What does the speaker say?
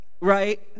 right